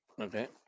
Okay